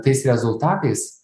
tais rezultatais